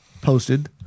posted